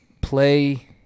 play